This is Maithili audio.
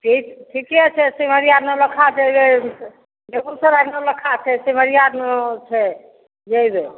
ठीक ठीके छै सिमरिआ नौलखा जैयै बेगूसराय नौलखा छै सिमरिआ छै जैबै